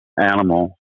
animal